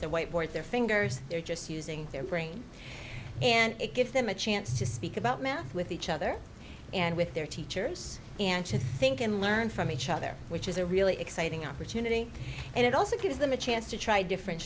whiteboard their fingers they're just using their brain and it gives them a chance to speak about math with each other and with their teachers and to think and learn from each other which is a really exciting opportunity and it also gives them a chance to try different